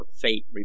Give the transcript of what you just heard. fate